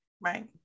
right